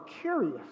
curious